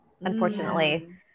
Unfortunately